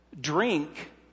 drink